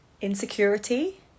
insecurity